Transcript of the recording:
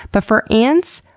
but for ants,